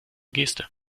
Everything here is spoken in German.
geste